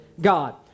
God